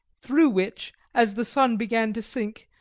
through which, as the sun began to sink,